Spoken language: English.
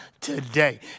today